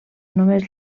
només